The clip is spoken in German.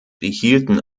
behielten